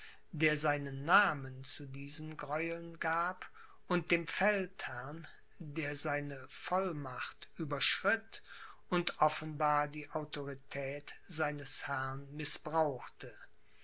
der seinen namen zu diesen gräueln gab und dem feldherrn der seine vollmacht überschritt und offenbar die autorität seines herrn mißbrauchte